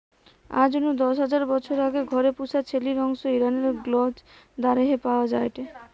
আজ নু দশ হাজার বছর আগে ঘরে পুশা ছেলির অংশ ইরানের গ্নজ দারেহে পাওয়া যায়টে